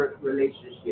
relationship